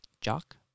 Jock